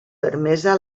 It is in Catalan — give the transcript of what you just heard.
permesa